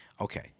Okay